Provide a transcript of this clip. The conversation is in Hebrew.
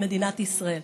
היא מדינת ישראל.